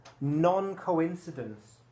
non-coincidence